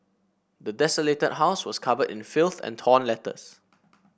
the desolated house was covered in filth and torn letters